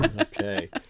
Okay